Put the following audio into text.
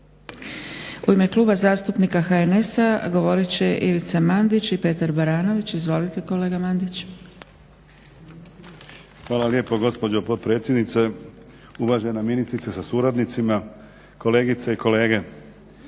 U ime kluba zastupnika HNS-a govorit će Ivica Mandić i Petar Baranović. Izvolite kolega Mandić. **Mandić, Ivica (HNS)** Hvala lijepo gospođo potpredsjednice, uvažena ministrice sa suradnicima, kolegice i kolege.